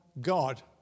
God